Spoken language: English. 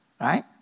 right